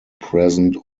present